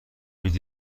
بدید